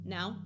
Now